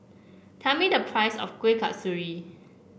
tell me the price of Kueh Kasturi